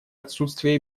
отсутствие